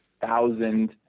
thousand